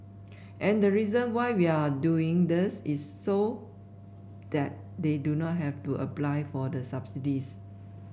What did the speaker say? and the reason why we are doing this is so that they do not have to apply for the subsidies